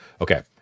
Okay